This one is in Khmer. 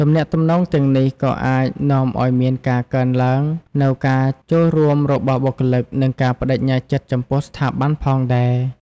ទំនាក់ទំនងទាំងនេះក៏អាចនាំឱ្យមានការកើនឡើងនូវការចូលរួមរបស់បុគ្គលិក និងការប្តេជ្ញាចិត្តចំពោះស្ថាប័នផងដែរ។